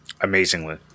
amazingly